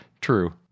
true